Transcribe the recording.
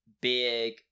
big